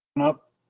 Up